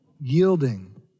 yielding